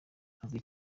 azwi